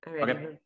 okay